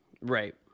Right